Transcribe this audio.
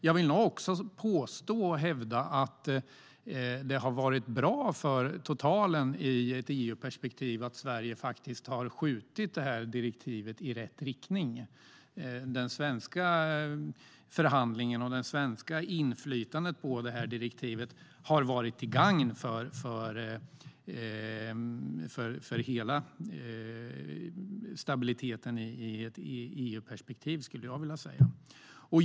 Jag hävdar att det har varit bra för totalen i ett EU-perspektiv att Sverige har skjutit detta direktiv i rätt riktning. Det svenska inflytandet på detta direktiv har varit till gagn för hela stabiliteten i ett EU-perspektiv, skulle jag vilja säga.